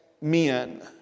men